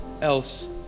else